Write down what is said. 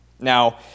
Now